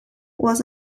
was